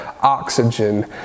oxygen